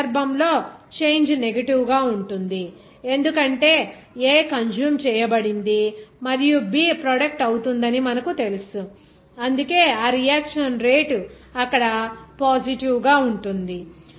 ఈ సందర్భంలో change negative గా ఉంటుంది ఎందుకంటే A కన్స్యూమ్ చేయబడింది అయితే B ప్రోడక్ట్ అవుతుందని మనకు తెలుసు అందుకే ఈ రియాక్షన్ రేటు అక్కడ పాజిటివ్ గా ఉంటుంది